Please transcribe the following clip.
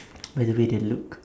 by the way they look